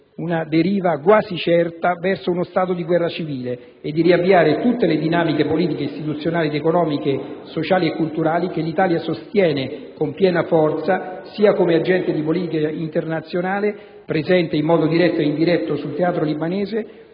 una deriva quasi certa verso uno stato di guerra civile, e di riavviare tutte le dinamiche politiche, istituzionali, economiche, sociali e culturali che l'Italia sostiene con piena forza sia come agente di politica internazionale presente in modo diretto ed indiretto sul teatro libanese,